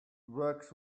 works